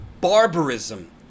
barbarism